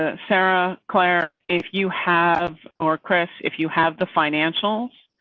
ah sarah, claire, if you have or chris, if you have the financials,